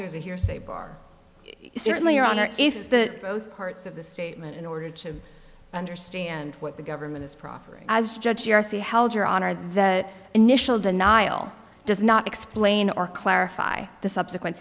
there's a hearsay bar is certainly your honor if that both parts of the statement in order to understand what the government is proffering as judge that initial denial does not explain or clarify the subsequent